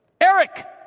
Eric